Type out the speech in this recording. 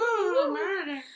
murder